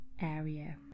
area